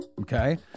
Okay